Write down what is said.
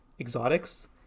exotics